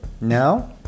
Now